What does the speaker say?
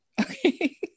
okay